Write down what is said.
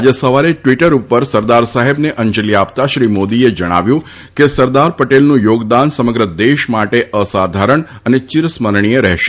આજે સવારે ટવીટર ઉપર સરદાર સાહેબને અંજલી આપતાં શ્રી મોદીએ જણાવ્યું છે કે સરદાર પટેલનું થોગદાન સમગ્ર દેશ માટે અસાધારણ અને ચિરસ્મરણીય રહેશે